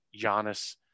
Giannis